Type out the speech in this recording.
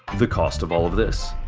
the cost of all of this?